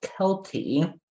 Kelty